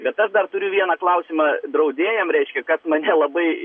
bet aš dar turiu vieną klausimą draudėjam reiškia kad mane labai